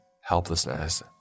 helplessness